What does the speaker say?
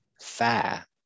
fair